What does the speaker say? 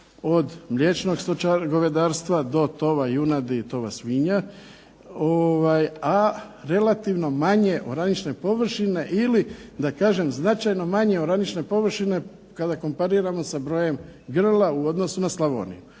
od mliječnog govedarstva do tova junadi i tova svinja, a relativno manje oranične površine ili da kažem značajno manje oranične površine kada kompariramo sa brojem grla u odnosu na Slavoniju